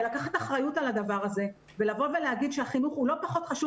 לקחת אחריות על הדבר הזה ולהגיד שהחינוך לא פחות חשוב